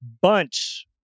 bunch